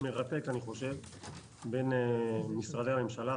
מרתק בין משרדי הממשלה,